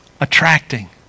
Attracting